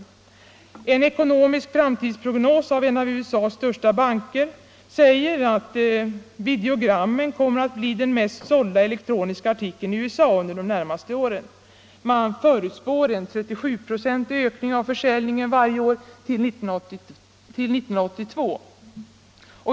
Enligt en ekonomisk framtidsprognos från en av USA:s största banker kommer videogrammen att bli den mest sålda elektroniska artikeln i USA under de närmaste åren. Man förutspår en 37-procentig ökning av försäljningen varje år till 1982.